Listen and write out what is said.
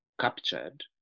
captured